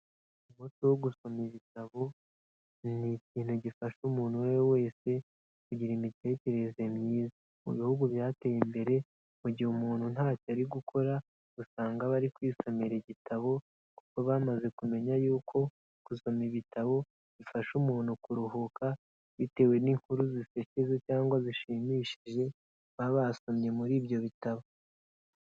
Umuco wo gusoma igitabo, ni ikintu gifasha umuntu uwo ari we wese, kugira imitekerereze myiza, mu bihugu byateye imbere, mu gihe umuntu ntacyo ari gukora usanga bari kwisomera igitabo, kuko bamaze kumenya yuko gusoma ibitabo bifasha umuntu kuruhuka, bitewe n'inkuru zisekeje cyangwa zishimishije baba basomye muri ibyo bitabo.